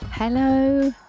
Hello